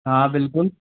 हाँ बिलकुल